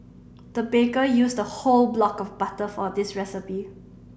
the baker used a whole block of butter for this recipe